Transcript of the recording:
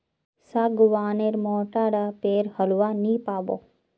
सागवान नेर मोटा डा पेर होलवा नी पाबो